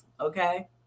okay